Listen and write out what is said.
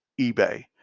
eBay